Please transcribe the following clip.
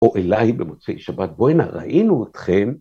‫או אליי במוצאי שבת. ‫בונ'ה ראינו אתכם.